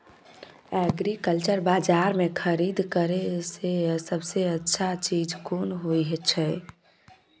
Agriculture बाजार में खरीद करे से सबसे अच्छा चीज कोन होय छै?